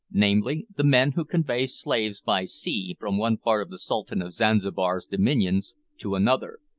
namely, the men who convey slaves by sea from one part of the sultan of zanzibar's dominions to another.